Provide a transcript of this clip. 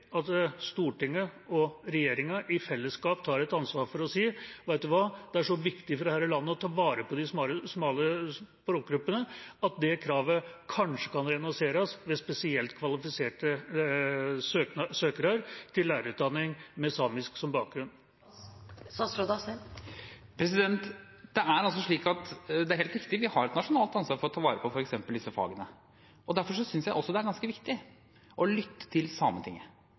at Stortinget og regjeringa i fellesskap tok et ansvar for å si – vet du hva, det er så viktig for dette landet å ta vare på de smale språkgruppene at det kravet kanskje kan renonseres ved spesielt kvalifiserte søkere til lærerutdanning med samisk som bakgrunn. Det er helt riktig – vi har et nasjonalt ansvar for å ta vare på f.eks. disse fagene. Derfor synes jeg også det er ganske viktig å lytte til Sametinget,